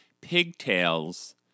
pigtails